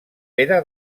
pere